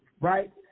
right